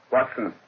Watson